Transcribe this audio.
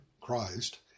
Christ